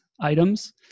items